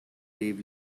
live